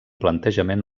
plantejament